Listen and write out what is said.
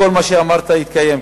כל מה שאמרת יתקיים,